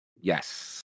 Yes